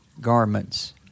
garments